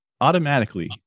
automatically